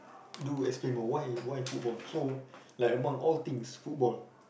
do explain more why why football so like among all things football